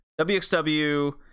WXW